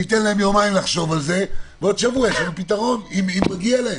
ניתן להם יומיים לחשוב על זה ועוד שבוע יש לנו פתרון אם מגיע להם.